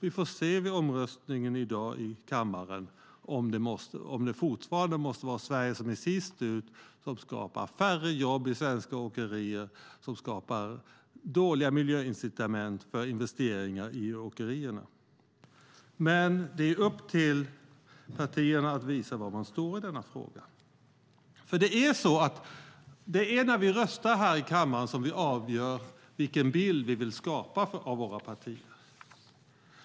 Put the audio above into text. Vi får se vid omröstningen i kammaren i dag om Sverige fortfarande måste vara sist ut, skapa färre jobb i svenska åkerier och skapa dåliga miljöincitament för investeringar i åkerierna. Men det är upp till partierna att visa var man står i denna fråga, för det är när vi röstar här i kammaren som vi avgör vilken bild vi vill skapa av våra partier.